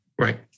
Right